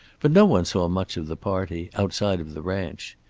but no one saw much of the party, outside of the ranch.